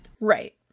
Right